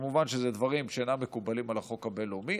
מובן שאלה דברים שאינם מקובלים על החוק הבין-לאומי,